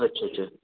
अच्छा अच्छा